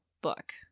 book